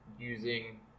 using